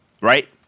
right